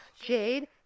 jade